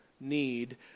need